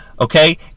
Okay